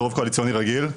ברוב קואליציוני רגיל.